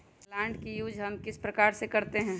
Plant का use हम किस प्रकार से करते हैं?